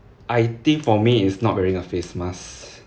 I think for me is not wearing a face mask